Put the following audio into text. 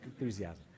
enthusiasm